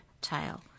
tail